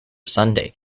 sunday